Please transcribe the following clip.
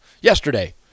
yesterday